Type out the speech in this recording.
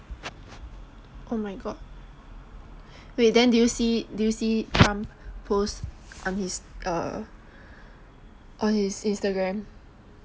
oh my god then wait did you see did you see trump post on his uh on his Instagram